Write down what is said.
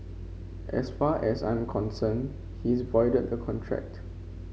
as far as I'm concerned he's voided the contract